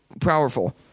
powerful